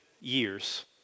years